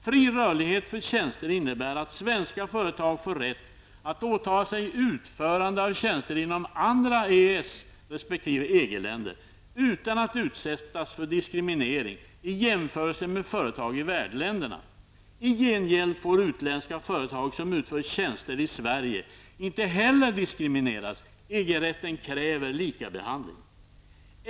Fri rörlighet för tjänster innebär att svenska företag får rätt att åtaga sig utförande av tjänster inom andra EES resp. EG-länder utan att utsättas för diskriminering i jämförelse med företag i värdländerna. I gengäld får utländska företag som utför tjänster i Sverige inte heller diskrimineras. EG-rätten kräver likabehandling.